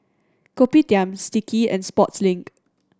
Kopitiam Sticky and Sportslink